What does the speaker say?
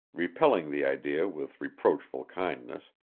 repelling the idea with reproachful kindness.